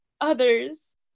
Others